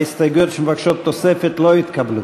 ההסתייגויות שמבקשות תוספת לא התקבלו.